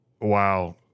wow